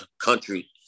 country